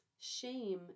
Shame